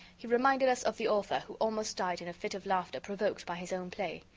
he reminded us of the author who almost died in a fit of laughter provoked by his own play.